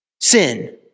sin